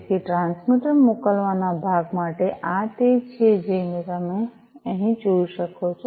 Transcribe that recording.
તેથી ટ્રાન્સમીટર મોકલવાના ભાગ માટે આ તે છે જે તમે અહીં જોઈ શકો છો